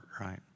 right